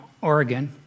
Oregon